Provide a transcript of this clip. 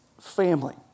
family